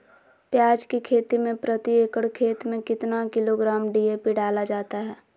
प्याज की खेती में प्रति एकड़ खेत में कितना किलोग्राम डी.ए.पी डाला जाता है?